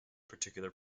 particular